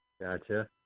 Gotcha